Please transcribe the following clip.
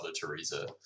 teresa